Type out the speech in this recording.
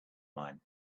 mine